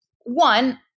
one